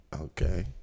Okay